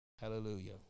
Hallelujah